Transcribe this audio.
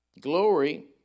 glory